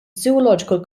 zoological